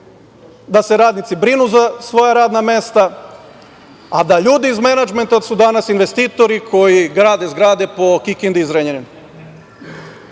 da se radnici brinu za svoja radna mesta , a da ljudi iz menadžmenta, to su danas investitori koji grade zgrade po Kikindi i Zrenjaninu. Zato